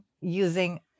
using